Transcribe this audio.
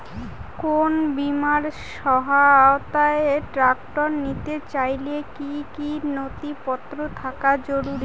কোন বিমার সহায়তায় ট্রাক্টর নিতে চাইলে কী কী নথিপত্র থাকা জরুরি?